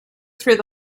through